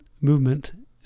movement